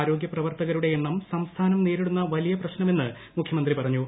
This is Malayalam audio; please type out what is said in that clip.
ആരോഗ്യ പ്രവർത്തകരുടെ എണ്ണം സംസ്ഥാനം നേരിടുന്ന വലിയ പ്രശ്നമെന്ന് മുഖ്യമന്ത്രി പറഞ്ഞു